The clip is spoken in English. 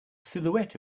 silhouette